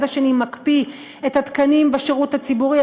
השנייה מקפיא את התקנים בשירות הציבורי,